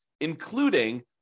including